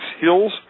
hills